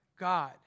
God